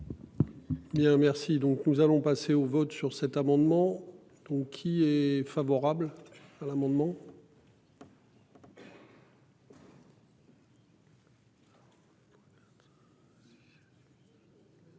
Donc nous allons passer au vote sur cet amendement. Donc il est favorable à l'amendement.